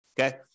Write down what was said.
Okay